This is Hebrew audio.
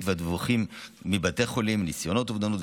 ועל הדיווחים מבתי חולים על ניסיונות אובדנות,